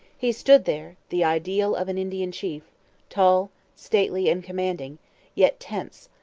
he stood there the ideal of an indian chief tall, stately, and commanding yet tense,